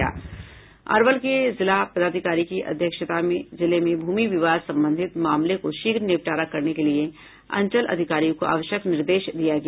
अरवल के जिला पदाधिकारी की अध्यक्षता में जिले में भूमि विवाद संबंधित मामले को शीघ्र निपटारा करने के लिए अंचल अधिकारियों को आवश्यक निर्देश दिया गया